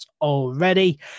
already